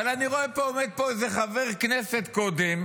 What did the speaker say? אבל אני רואה שעומד פה איזה חבר כנסת קודם,